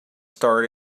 start